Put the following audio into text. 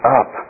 up